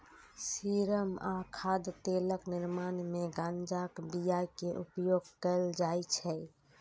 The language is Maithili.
सीरम आ खाद्य तेलक निर्माण मे गांजाक बिया के उपयोग कैल जाइ छै